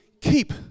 keep